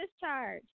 discharge